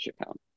account